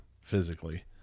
physically